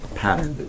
pattern